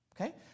Okay